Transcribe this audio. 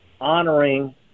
honoring